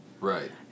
Right